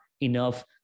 enough